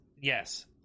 yes